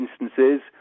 instances